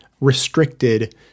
restricted